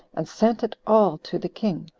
and sent it all to the king,